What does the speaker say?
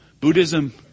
Buddhism